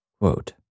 Quote